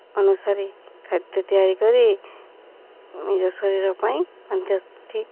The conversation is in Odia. ଅନୁସାରେ ଖାଦ୍ୟ ତିଆରି କରି ନିଜ ଶରୀର ପାଇଁ ମଧ୍ୟ ଠିକ୍